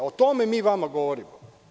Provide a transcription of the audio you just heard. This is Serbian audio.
O tome mi vama govorimo.